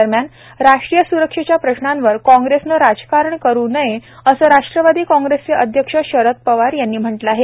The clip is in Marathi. दरम्यान राष्ट्रीय स्रक्षेच्या प्रश्नांवर काँग्रेसने राजकारण करु नये असं राष्ट्रवादी काँग्रेसचे अध्यक्ष शरद पवार यांनी म्हटलं आहे